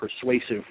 persuasive